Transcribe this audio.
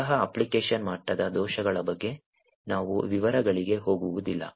ಅಂತಹ ಅಪ್ಲಿಕೇಶನ್ ಮಟ್ಟದ ದೋಷಗಳ ಬಗ್ಗೆ ನಾವು ವಿವರಗಳಿಗೆ ಹೋಗುವುದಿಲ್ಲ